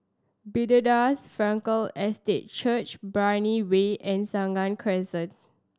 Bethesda Frankel Estate Church Brani Way and Senang Crescent